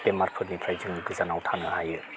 बेमारफोरनिफ्राय जों गोजानाव थानो हायो